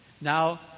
Now